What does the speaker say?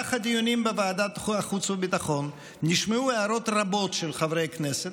במהלך הדיונים בוועדת החוץ והביטחון נשמעו הערות רבות של חברי כנסת